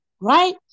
right